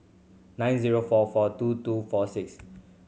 nine zero four four two two four six